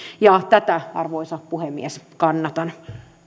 tätä arvoisa puhemies kannatan